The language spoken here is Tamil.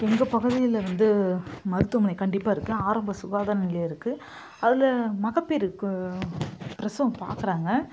எங்கள் பகுதியில் வந்து மருத்துவமனை கண்டிப்பாக இருக்குது ஆரம்ப சுகாதார நிலையம் இருக்குது அதில் மகப்பேறுக்கு பிரசவம் பார்க்குறாங்க